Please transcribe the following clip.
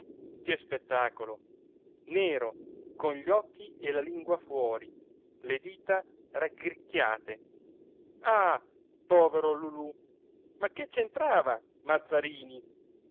che spettacolo nero con gli occhi e la lingua fuori le dita raggricchiate ah povero lulú ma che c'entrava mazzarini